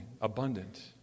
abundant